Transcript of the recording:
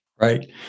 Right